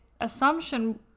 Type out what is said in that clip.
assumption